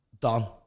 done